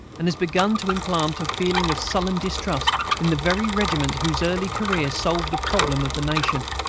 and has begun to implant a feeling of sullen distrust in the very regiments whose early career solved the problem of the nation,